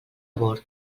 bord